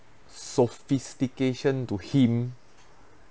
sophistication to him